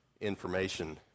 information